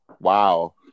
Wow